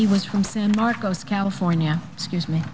he was from san marcos california scuse me